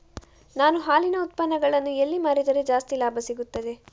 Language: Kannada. ನಾನು ಹಾಲಿನ ಉತ್ಪನ್ನಗಳನ್ನು ಎಲ್ಲಿ ಮಾರಿದರೆ ಜಾಸ್ತಿ ಲಾಭ ಸಿಗುತ್ತದೆ?